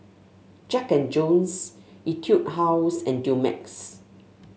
Jack And Jones Etude House and Dumex